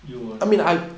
you will